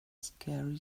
scary